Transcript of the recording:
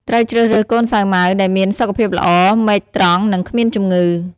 ត្រូវជ្រើសរើសកូនសាវម៉ាវដែលមានសុខភាពល្អ មែកត្រង់ និងគ្មានជំងឺ។